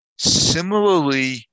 Similarly